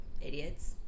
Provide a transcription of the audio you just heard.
Idiots